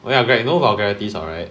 oh ya greg no vulgarities all right